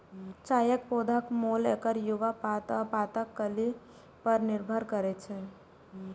चायक पौधाक मोल एकर युवा पात आ पातक कली पर निर्भर करै छै